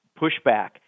pushback